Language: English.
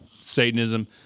Satanism